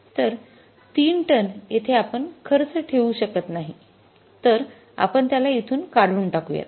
तर ३ टन येथे आपण खर्च ठेवू शकत नाही तर आपण त्याला इथून काढून टाकुयात